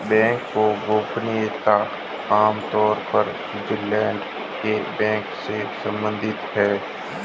bank गोपनीयता आम तौर पर स्विटज़रलैंड के बैंक से सम्बंधित है